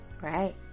right